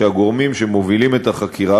שהגורמים שמובילים את החקירה,